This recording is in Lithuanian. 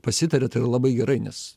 pasitaria tai yra labai gerai nes